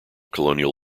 colonial